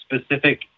specific